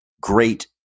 great